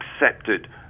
accepted